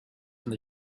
from